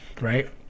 right